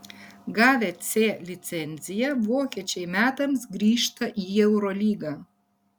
gavę c licenciją vokiečiai metams grįžta į eurolygą